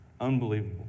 unbelievable